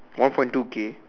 one point two K